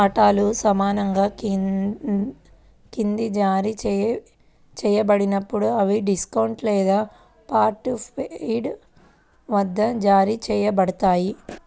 వాటాలు సమానంగా క్రింద జారీ చేయబడినప్పుడు, అవి డిస్కౌంట్ లేదా పార్ట్ పెయిడ్ వద్ద జారీ చేయబడతాయి